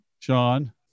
John